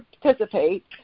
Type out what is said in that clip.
participate